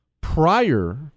Prior